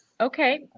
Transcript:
Okay